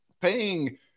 paying